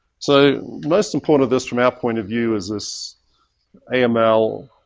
so most important of this from our point of view is this aml,